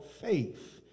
faith